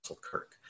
Kirk